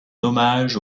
hommage